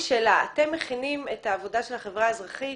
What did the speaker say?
אתם מכינים את העבודה של החברה האזרחית